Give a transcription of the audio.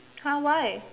!huh! why